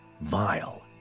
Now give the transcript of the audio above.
Vile